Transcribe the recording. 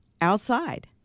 outside